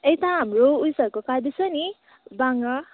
यता हाम्रो उयेसहरूको काट्दैछ नि बाँङा